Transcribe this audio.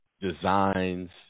designs